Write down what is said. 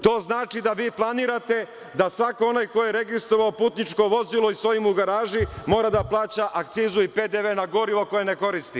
To znači da vi planirate da onaj ko je registrovao putničko vozilo i stoji mu u garaži, mora da plaća akcizu i PDV na gorivo koje ne koristi.